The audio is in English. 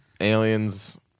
Aliens